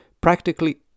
Practically